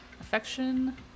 Affection